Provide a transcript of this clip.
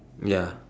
ya